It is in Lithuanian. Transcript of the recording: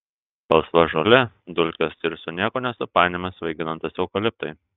salsva žolė dulkės ir su niekuo nesupainiojami svaiginantys eukaliptai